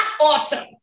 awesome